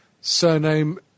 surname